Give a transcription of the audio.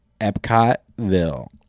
Epcotville